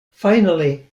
finally